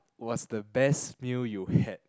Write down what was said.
what's the best meal you had